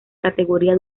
categoría